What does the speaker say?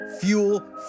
Fuel